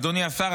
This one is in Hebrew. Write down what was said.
אדוני השר,